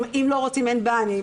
אם לא רוצים, אין בעיה.